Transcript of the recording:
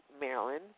Maryland